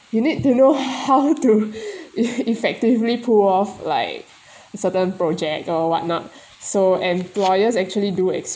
you need to know how to ef~ effectively pull off like certain project or whatnot so employers actually do expect